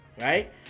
right